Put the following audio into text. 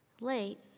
Late